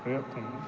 पर्याप्तम्